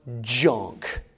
junk